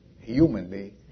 humanly